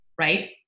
right